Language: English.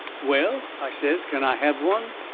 well, i says, can i have one?